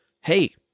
hey